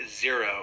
zero